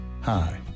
Hi